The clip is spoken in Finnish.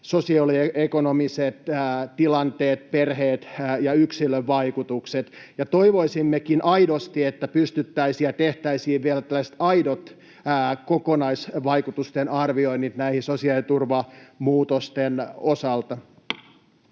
sosioekonomiset tilanteet, perheet ja yksilön vaikutukset. Ja toivoisimmekin aidosti, että pystyttäisiin tekemään vielä tällaiset aidot kokonaisvaikutusten arvioinnit näiden sosiaaliturvamuutosten osalta.